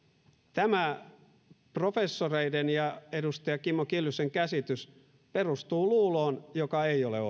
tämä professoreiden ja edustaja kimmo kiljusen käsitys perustuu luuloon joka ei ole